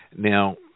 Now